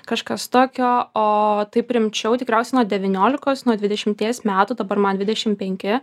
kažkas tokio o taip rimčiau tikriausiai nuo devyniolikos nuo dvidešimties metų dabar man dvidešim penki